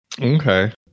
Okay